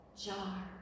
jar